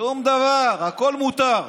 ושום דבר, הכול מותר.